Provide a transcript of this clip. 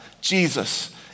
Jesus